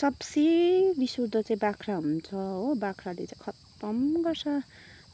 सबसे रिस उठ्दो चाहिँ बाख्रा हुन्छ हो बाख्राले चाहिँ खत्तम गर्छ